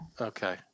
Okay